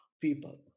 people